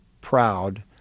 proud